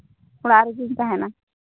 ᱚᱲᱟᱜ ᱨᱮᱜᱤᱧ ᱛᱟᱦᱮᱱᱟ